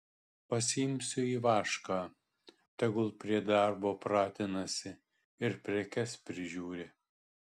pasiimsiu ivašką tegu prie darbo pratinasi ir prekes prižiūri